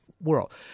world